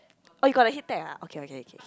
oh you got the heat tech ah okay okay okay